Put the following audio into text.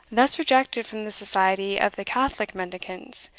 thus rejected from the society of the catholic mendicants,